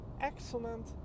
excellent